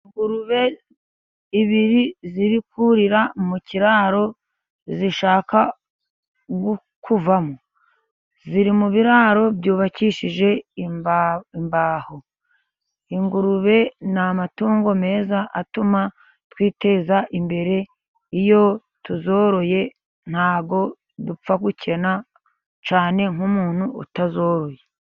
Ingurube ebyiri ziri kurira mu kiraro zishaka kuvamo ziri mu biraro byubakishije imbaho. Ingurube ni amatungo meza atuma twiteza imbere iyo tuzoroye ntabwo dupfa gukena cyane nk'umuntu utazoroye.